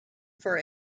for